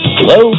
Hello